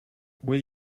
will